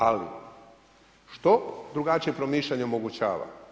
Ali što drugačije promišljanje omogućava?